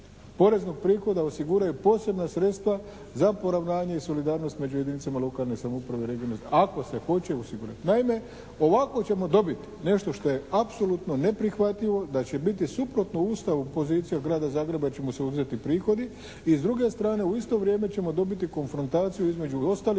poreznog prihoda osiguraju posebna sredstva za poravnanje i solidarnost među jedinicama lokalne samouprave, regionalne ako se hoće osigurati. Naime ovako ćemo dobiti nešto što je apsolutno neprihvatljivo da će biti suprotno Ustavu pozicija grada Zagreba jer će mu se uzeti prihodi i s druge strane u isto vrijeme ćemo dobiti konfrontaciju između ostalih